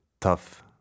Tough